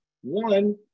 one